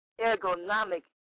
ergonomic